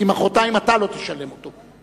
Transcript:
כי מחרתיים אתה לא תשלם אותו?